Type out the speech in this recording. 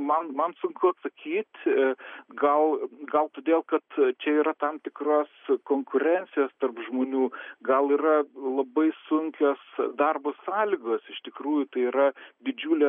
man man sunku atsakyt gal gal todėl kad čia yra tam tikros konkurencijos tarp žmonių gal yra labai sunkios darbo sąlygos iš tikrųjų tai yra didžiulė